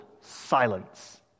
silence